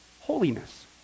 holiness